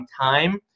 time